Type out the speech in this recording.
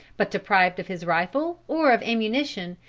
but deprived of his rifle or of ammunition,